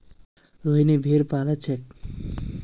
रोहिनी भेड़ पा ल छेक